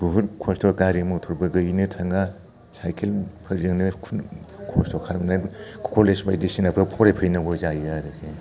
बहुत खस्थ' गारि मथरबो गैयैनो थाङा साइकेलफोरजोंनो खुनु खस्थ' खालामनानै कलेज बायदिसिनाफ्राव फरायफैनांगौ जायो आरोखि